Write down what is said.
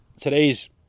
Today's